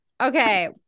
Okay